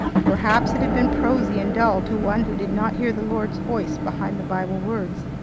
perhaps it had been prosy and dull to one who did not hear the lord's voice behind the bible words.